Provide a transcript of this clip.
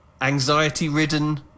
anxiety-ridden